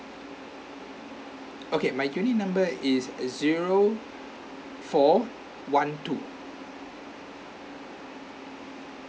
okay my unit number is zero four one two